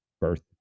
birth